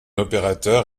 opérateur